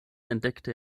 entdeckte